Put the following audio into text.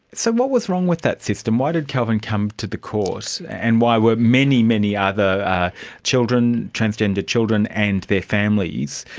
so what was wrong with that system? why did kelvin come to the court, and why were many, many other ah children, transgender children and their families,